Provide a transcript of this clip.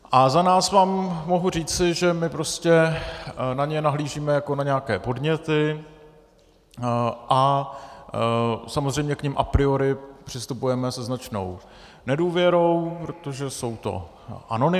A za nás vám mohu říci, že my prostě na ně nahlížíme jako na nějaké podněty a samozřejmě k nim a priori přistupujeme se značnou nedůvěrou, protože jsou to anonymy.